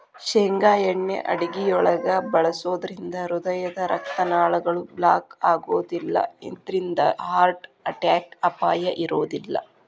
ಶೇಂಗಾ ಎಣ್ಣೆ ಅಡುಗಿಯೊಳಗ ಬಳಸೋದ್ರಿಂದ ಹೃದಯದ ರಕ್ತನಾಳಗಳು ಬ್ಲಾಕ್ ಆಗೋದಿಲ್ಲ ಇದ್ರಿಂದ ಹಾರ್ಟ್ ಅಟ್ಯಾಕ್ ಅಪಾಯ ಇರೋದಿಲ್ಲ